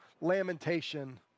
lamentation